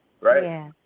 Right